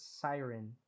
siren